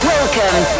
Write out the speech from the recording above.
Welcome